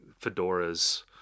fedoras